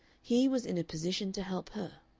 he was in a position to help her.